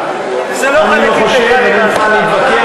זה לא חלק אינטגרלי.